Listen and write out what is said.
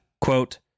Quote